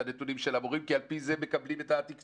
הנתונים של המורים כי על פי זה הם מקבלים את התקצוב.